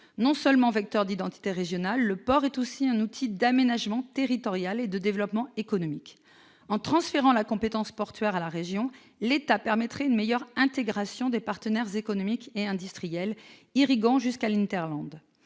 Non seulement vecteur d'identité régionale, le port est aussi un outil d'aménagement territorial et de développement économique. En transférant la compétence portuaire à la région, l'État permettrait une meilleure intégration des partenaires économiques et industriels irriguant jusqu'à l'hinterland.